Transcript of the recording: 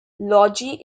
logie